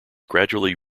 gradually